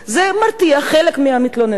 זה מרתיע חלק מהמתלוננות,